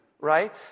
right